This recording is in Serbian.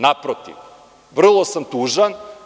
Naprotiv, vrlo sam tužan.